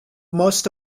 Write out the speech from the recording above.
most